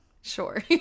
sure